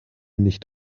nicht